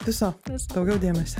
viso daugiau dėmesio